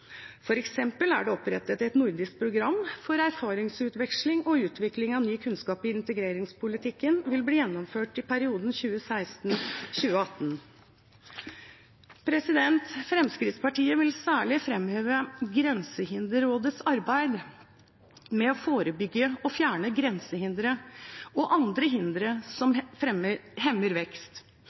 er f.eks. opprettet et nordisk program for erfaringsutveksling og utvikling av ny kunnskap i integreringspolitikken, som vil bli gjennomført i perioden 2016–2018. Fremskrittspartiet vil særlig framheve Grensehinderrådets arbeid med å forebygge og fjerne grensehindre og andre hindre som hemmer vekst.